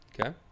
Okay